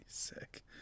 sick